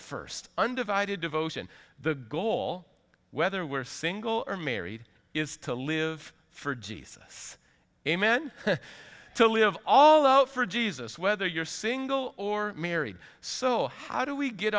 first undivided devotion the goal whether we're single or married is to live for jesus amen to live all over jesus whether you're single or married so how do we get